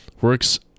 works